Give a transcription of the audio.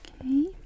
Okay